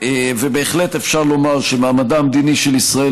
ובהחלט אפשר לומר שמעמדה המדיני של ישראל